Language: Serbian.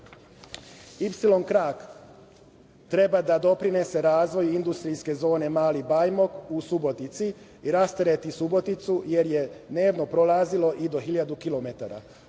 krak" treba da doprinese razvoju industrijske zone Mali Bajmok u Subotici i rastereti Suboticu, jer je dnevno prolazilo i do 1000 kilometara.